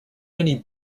many